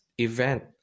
event